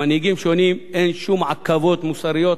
למנהיגים שונים אין שום עכבות מוסריות